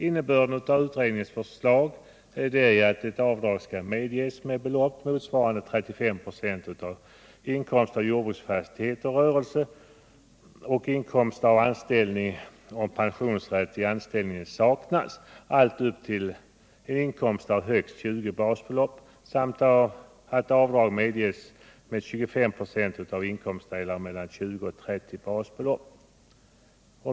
Innebörden av utredningens förslag är att avdrag skall medges med belopp motsvarande 35 96 av inkomst av jordbruksfastighet och rörelse och inkomst av anställning om pensionsrätt i anställningen saknas, allt upp till en inkomst av högst 20 basbelopp, samt att avdrag skall medges med 25 96 av inkomstdelar mellan 20 och 30 basbelopp.